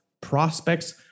prospects